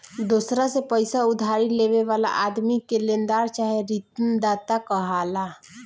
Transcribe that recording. दोसरा से पईसा उधारी लेवे वाला आदमी के लेनदार चाहे ऋणदाता कहाला